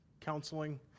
Counseling